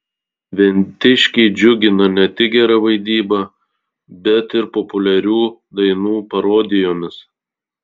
ventiškiai džiugina ne tik gera vaidyba bet ir populiarių dainų parodijomis